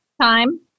time